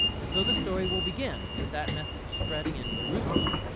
and so, the story will begin with that message spreading in jerusalem,